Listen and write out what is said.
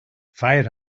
fire